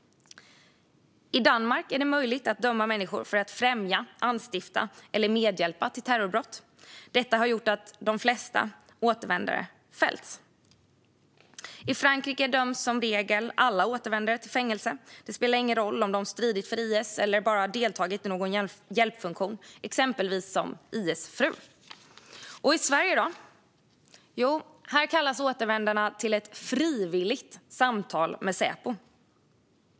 I Danmark är det möjligt att döma människor för främjande av, anstiftande av eller medhjälp till terrorbrott. Detta har gjort att de flesta återvändare fällts. I Frankrike döms som regel alla återvändare till fängelse. Det spelar ingen roll om de stridit för IS eller om de bara deltagit i någon hjälpfunktion, exempelvis som IS-fru. Hur är det då i Sverige? Jo, här kallas återvändarna till ett frivilligt samtal med Säpo.